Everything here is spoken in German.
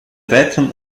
weiteren